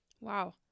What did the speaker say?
Wow